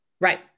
Right